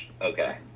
Okay